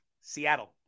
Seattle